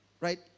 Right